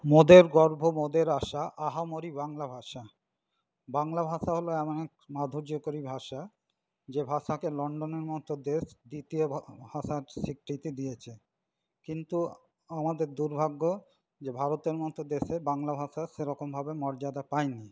মোদের গর্ব মোদের আশা আহা মরি বাংলা ভাষা বাংলা ভাষা হল এমন এক মাধুর্যকারী ভাষা যে ভাষাকে লন্ডনের মতো দেশ দ্বিতীয় ভাষার স্বীকৃতি দিয়েছে কিন্তু আমাদের দুর্ভাগ্য যে ভারতের মতো দেশে বাংলা ভাষা সে রকমভাবে মর্যাদা পায়নি